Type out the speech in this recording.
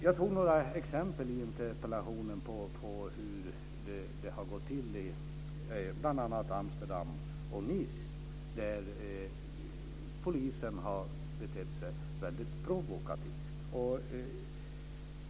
Jag tog några exempel i interpellationen på hur det har gått till i bl.a. Amsterdam och Nice, där polisen har betett sig väldigt provokativt.